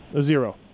zero